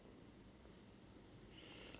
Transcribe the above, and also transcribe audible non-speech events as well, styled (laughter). (breath)